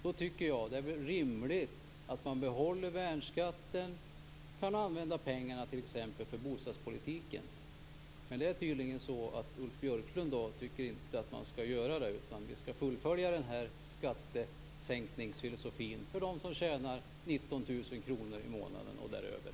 Då vore det rimligt att man behöll värnskatten och använde pengarna för bostadspolitiken. Men Ulf Björklund tycker tydligen inte att vi skall göra det, utan vi skall fullfölja skattesänkningsfilosofin för dem som tjänar 19 000 kr i månaden och däröver.